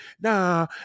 nah